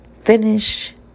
finish